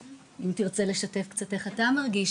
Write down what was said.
ליבי, אם תרצה תכף לשתף קצת איך אתה מרגיש.